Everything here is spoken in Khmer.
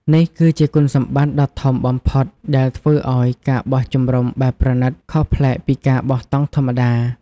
នេះគឺជាគុណសម្បត្តិដ៏ធំបំផុតដែលធ្វើឲ្យ ការបោះជំរំបែបប្រណីត ខុសប្លែកពីការបោះតង់ធម្មតា។